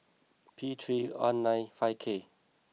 P three one nine five K